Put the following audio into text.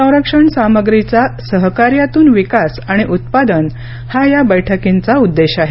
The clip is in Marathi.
संरक्षण सामग्रीचा सहकार्यातून विकास आणि उत्पादन हा या बैठकींचा उद्देश आहे